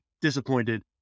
disappointed